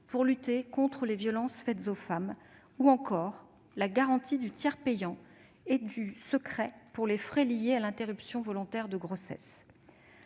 pour lutter contre les violences faites aux femmes, ou encore à la garantie du tiers payant et du secret pour les frais liés à l'interruption volontaire de grossesse